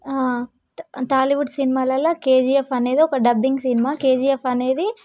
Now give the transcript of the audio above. టాలీవుడ్ సినిమాలల్లో కేజీఎఫ్ అనేది ఒక డబ్బింగ్ సినిమా కేజీఎఫ్ అనేది